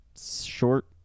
short